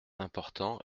important